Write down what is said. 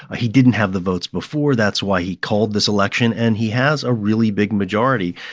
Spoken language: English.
ah he didn't have the votes before. that's why he called this election. and he has a really big majority.